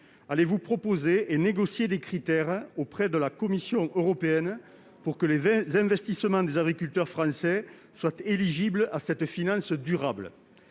Allez-vous proposer et négocier des critères auprès de la Commission européenne pour que les investissements des agriculteurs français soient éligibles à cette finance durable ?